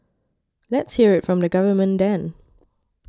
let's hear it from the government then